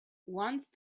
once